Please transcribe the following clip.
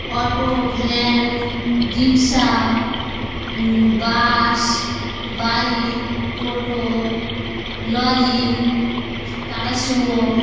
auto van রিক্শা bus bike টোটো lorry Tata Sumo